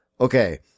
okay